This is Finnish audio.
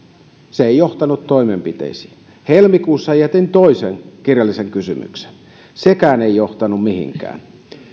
se ei johtanut toimenpiteisiin helmikuussa jätin toisen kirjallisen kysymyksen sekään ei johtanut mihinkään